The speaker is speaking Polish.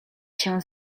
się